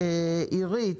עירית,